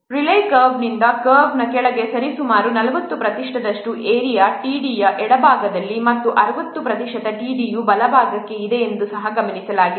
Rayleigh ಕರ್ವ್ನಿಂದ ಕರ್ವ್ನ ಕೆಳಗೆ ಸರಿಸುಮಾರು 40 ಪ್ರತಿಶತದಷ್ಟು ಏರಿಯಾ TD ಯ ಎಡಭಾಗದಲ್ಲಿದೆ ಮತ್ತು 60 ಪ್ರತಿಶತ T D ಯ ಬಲಕ್ಕೆ ಇದೆ ಎಂದು ಸಹ ಗಮನಿಸಲಾಗಿದೆ